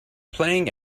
playing